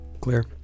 Clear